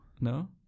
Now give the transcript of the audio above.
No